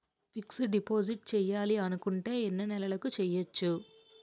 Fixed deposit చేయాలి అనుకుంటే ఎన్నే నెలలకు చేయొచ్చు?